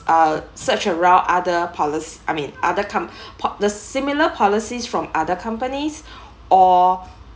uh search around other polic~ I mean other comp~ po~ the similar policies from other companies or